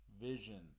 vision